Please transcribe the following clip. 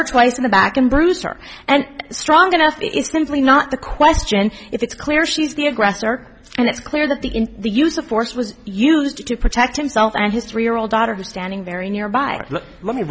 ver twice in the back and brewster and strong enough it's simply not the question it's clear she's the aggressor and it's clear that the in the use of force was used to protect himself and his three year old daughter who's standing very nearby let me